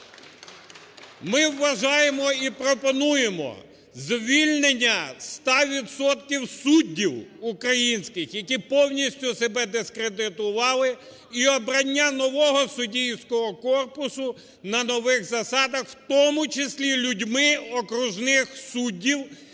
Ми вважаємо і пропонуємо: звільнення 100 відсотків суддів українських, які повністю себе дискредитували, і обрання нового суддівського корпусу на нових засадах, у тому числі людьми окружних суддів